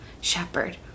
shepherd